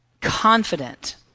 confident